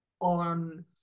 on